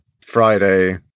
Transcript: Friday